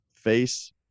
face